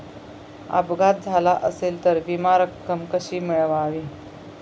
अपघात झाला असेल तर विमा रक्कम कशी मिळवावी?